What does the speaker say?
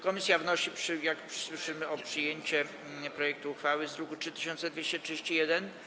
Komisja wnosi, jak słyszymy, o przyjęcie projektu uchwały z druku nr 3231.